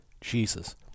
Jesus